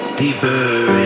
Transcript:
Deeper